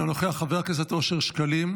אינו נוכח, חבר הכנסת אושר שקלים,